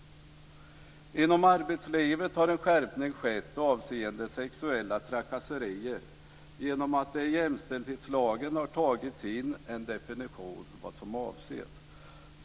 Inom arbetslivet har en skärpning skett avseende sexuella trakasserier genom att det i jämställdhetslagen har tagits in en definition av vad som avses.